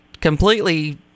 Completely